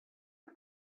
you